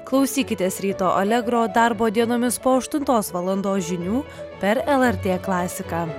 klausykitės ryto alegro darbo dienomis po aštuntos valandos žinių per lrt klasiką